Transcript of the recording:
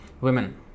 women